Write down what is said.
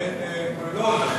הן קובעות,